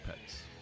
pets